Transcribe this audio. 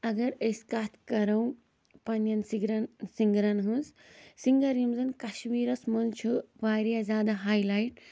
اَگر أسۍ کَتھ کَرَو پَنٛنیٚن سِگرَن سِنٛگرَن ہٕنٛز سِنٛگَر یِم زَنہٕ کٔشمیٖرَس منٛز چھِ واریاہ زیادٕ ہاے لایٹ